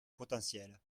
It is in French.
potentielle